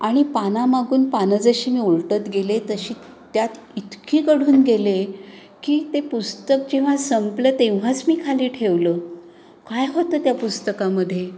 आणि पाना मागून पानं जशी मी उलटत गेले तशी त्यात इतकी गढून गेले की ते पुस्तक जेव्हा संपलं तेव्हाच मी खाली ठेवलं काय होतं त्या पुस्तकामध्ये